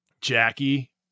jackie